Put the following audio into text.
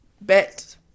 bet